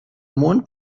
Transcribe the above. mond